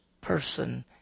person